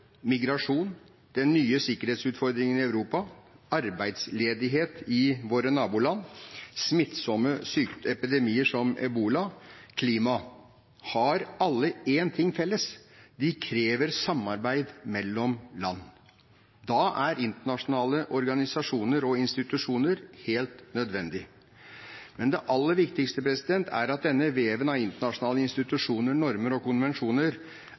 migrasjon, den nye sikkerhetsutfordringen i Europa, arbeidsledighet i våre naboland, smittsomme epidemier som ebola, klima – har én ting felles: De krever samarbeid mellom land, og da er internasjonale organisasjoner og institusjoner helt nødvendig. Men det aller viktigste er at denne veven av internasjonale institusjoner, normer og konvensjoner